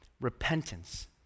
repentance